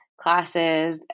classes